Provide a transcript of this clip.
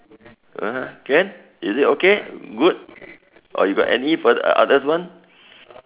(uh huh) can is it okay good or you got any further other one